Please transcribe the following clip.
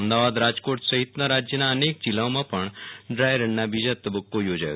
અમદાવાદ રાજકોટ સહિતના રાજ્યના અનેક જિલ્લાઓમાં પણ ડ્રાયરનનો બીજા તબ્બકો યોજાયો